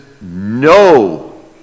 no